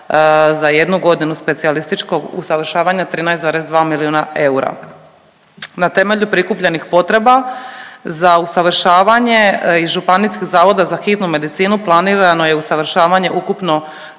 za jednu godinu specijalističkog usavršavanja 13,2 milijuna eura. Na temelju prikupljenih potreba za usavršavanje iz Županijskih zavoda za hitnu medicinu planirano je usavršavanje ukupno